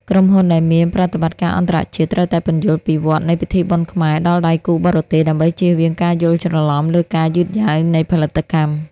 ក្រុមហ៊ុនដែលមានប្រតិបត្តិការអន្តរជាតិ ត្រូវតែពន្យល់ពីវដ្តនៃពិធីបុណ្យខ្មែរដល់ដៃគូបរទេស ដើម្បីចៀសវាងការយល់ច្រឡំលើការយឺតយ៉ាវនៃផលិតកម្ម។